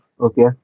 Okay